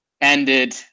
ended